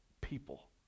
people